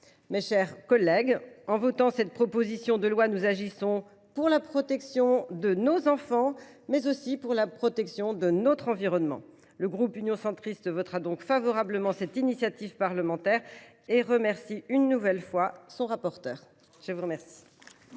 Mes chers collègues, en votant cette proposition de loi, nous agissons pour la protection de nos enfants, mais aussi de notre environnement. Le groupe Union Centriste votera donc en faveur de cette initiative parlementaire, et il remercie une nouvelle fois son rapporteur. Bravo ! La parole